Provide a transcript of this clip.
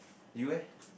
you eh